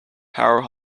power